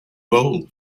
role